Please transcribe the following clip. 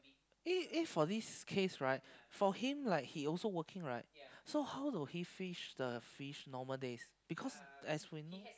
in in for this case right for him like he also working right so how do he fish the fish normal days because as we know